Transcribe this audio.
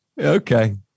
Okay